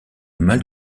mal